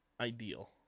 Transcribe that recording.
ideal